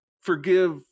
forgive